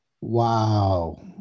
Wow